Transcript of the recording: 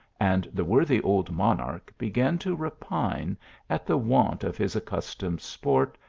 and the worthy old monarch began to repine at the want of his accustomed sport,